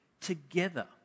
together